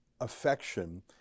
affection